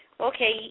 Okay